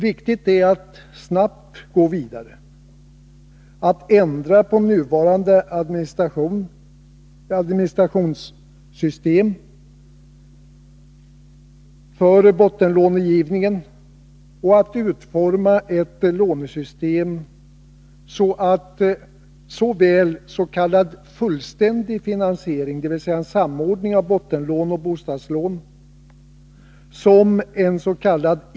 Viktigt är att snabbt gå vidare, att ändra på nuvarande administrativa system för bottenlånegivningen och utforma ett lånesystem, så att såväl s.k. fullständig finansiering — dvs. en samordning av bottenlån och bostadslån — som ens.k.